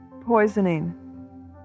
poisoning